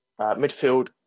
Midfield